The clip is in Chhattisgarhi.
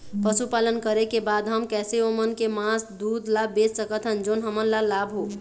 पशुपालन करें के बाद हम कैसे ओमन के मास, दूध ला बेच सकत हन जोन हमन ला लाभ हो?